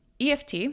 EFT